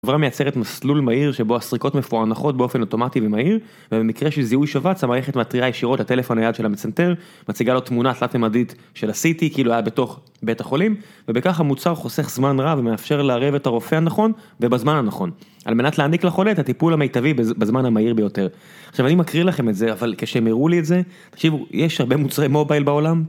כבר מייצרת מסלול מהיר שבו הסריקות מפוענחות באופן אוטומטי ומהיר, ובמקרה של זיהוי שבץ, המערכת מתריעה ישירות לטלפון הנייד של המצנתר, מציגה לו תמונה תלת-ממדית של ה-CT, כאילו היה בתוך בית החולים, ובכך המוצר חוסך זמן רב ומאפשר לערב את הרופא הנכון בזמן הנכון, על מנת להעניק לחולה את הטיפול המיטבי בזמן המהיר ביותר. עכשיו אני מקריא לכם את זה, אבל כשהם הראו לי את זה, תקשיבו, יש הרבה מוצרי מובייל בעולם,